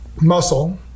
muscle